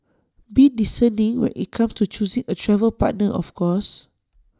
be discerning when IT comes to choosing A travel partner of course